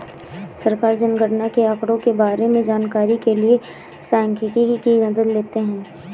सरकार जनगणना के आंकड़ों के बारें में जानकारी के लिए सांख्यिकी की मदद लेते है